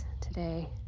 today